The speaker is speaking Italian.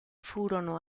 furono